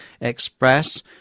express